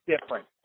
different